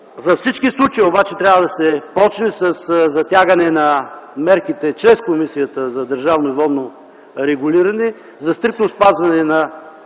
Във всички случаи обаче трябва да се започне със затягане на мерките чрез Комисията за енергийно и водно регулиране за стриктно спазване на